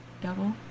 Double